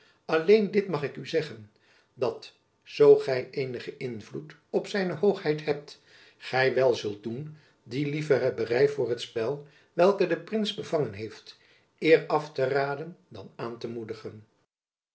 alleen dit mag ik u zeggen dat zoo gy eenigen invloed op z hoogheid hebt gy wel zult doen die liefhebbery voor t spel welke den prins bevangen heeft eer af te raden dan aan te moedigen